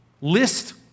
List